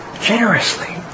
generously